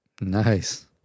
nice